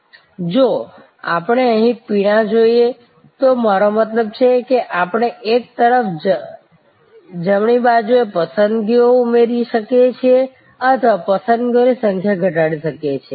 જો આપણે અહીં પીણાં જોઈએ તો મારો મતલબ છે કે આપણે એક તરફ જમણી બાજુએ પસંદગીઓ ઉમેરી શકીએ છીએ અથવા પસંદગીઓની સંખ્યા ઘટાડી શકીએ છીએ